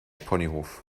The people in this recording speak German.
ponyhof